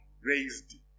raised